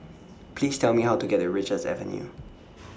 Please Tell Me How to get to Richards Avenue